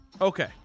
Okay